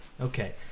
Okay